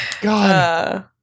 God